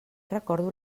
recordo